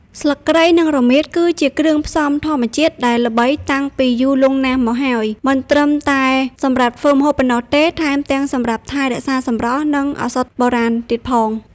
ស្លឹកគ្រៃ និងរមៀត គឺជាគ្រឿងផ្សំធម្មជាតិដែលល្បីតាំងពីយូរលង់ណាស់មកហើយ មិនត្រឹមតែសម្រាប់ធ្វើម្ហូបប៉ុណ្ណោះទេ ថែមទាំងសម្រាប់ថែរក្សាសម្រស់ និងឱសថបុរាណទៀតផង។